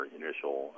initial